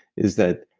is that,